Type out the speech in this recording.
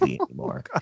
anymore